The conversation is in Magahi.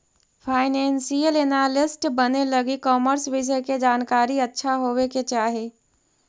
फाइनेंशियल एनालिस्ट बने लगी कॉमर्स विषय के जानकारी अच्छा होवे के चाही